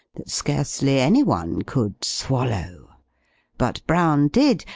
that scarcely any one could swallow but brown did,